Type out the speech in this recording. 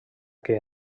que